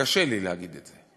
קשה לי להגיד את זה,